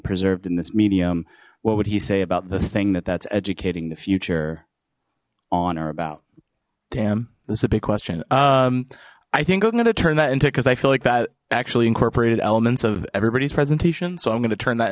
preserved in this medium what would he say about the thing that that's educating the future on or about damn this is a big question i think i'm going to turn that into because i feel like that actually incorporated elements of everybody's presentation so i'm going to turn that